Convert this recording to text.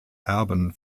erben